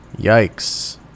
Yikes